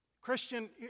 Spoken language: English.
Christian